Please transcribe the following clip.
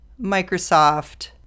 Microsoft